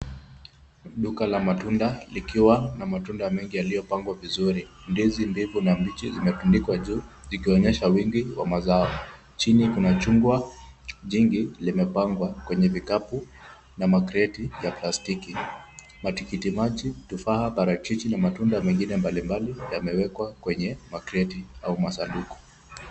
Duka la matunda likiwa na matunda mengi yaliyopangwa vizuri. Ndizi mbivu na mbichi zimetundikwa juu zikionyesha wingi wa mazao. Chini kuna chungwa jingi limepangwa kwenye vikapu na makreti ya plastiki. Matikiti maji, tufaha, parachichi na matunda mengine mbalimbali yamewekwa kwenye makreti au masanduku.